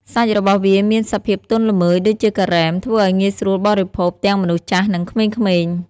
សាច់របស់វាមានសភាពទន់ល្មើយដូចជាការ៉េម ធ្វើឱ្យងាយស្រួលបរិភោគទាំងមនុស្សចាស់ និងក្មេងៗ។